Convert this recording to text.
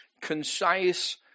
concise